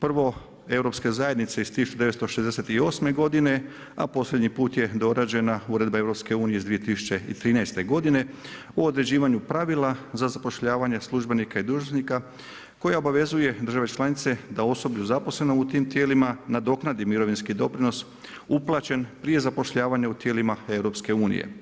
prvo EZ-e iz 1968. godine a posljednji put je dorađena Uredba EU iz 2013. godine o određivanju pravila za zapošljavanje službenika i dužnosnika koja obavezuje države članice da osoblje zaposleno u tim tijelima nadoknadi mirovinski doprinos uplaćen prije zapošljavanja u tijelima EU.